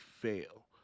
fail